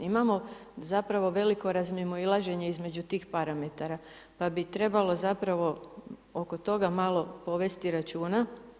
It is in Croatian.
Imamo zapravo veliko razmimoilaženje između tih parametara pa bi trebalo zapravo oko toga malo povesti računa.